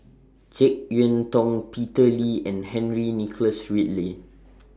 Jek Yeun Thong Peter Lee and Henry Nicholas Ridley